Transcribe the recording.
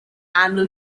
annual